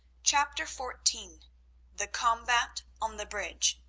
chapter fourteen the combat on the bridge